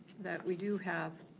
that we do have